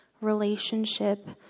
relationship